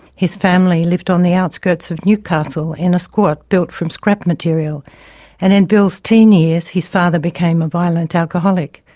his family lived on the outskirts of newcastle in a squat built from scrap material and in bill's teen years his father became a violent alcoholic.